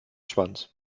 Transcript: schwanz